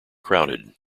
crowded